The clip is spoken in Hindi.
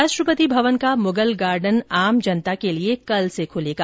राष्ट्रपति भवन का मुगल गार्डन आम जनता के लिए कल से खुलेगा